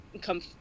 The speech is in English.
come